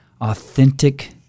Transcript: authentic